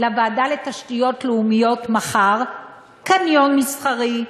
לוועדה לתשתיות לאומית מחר קניון מסחרי.